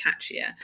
catchier